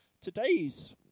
today's